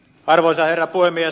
arvoisa herra puhemies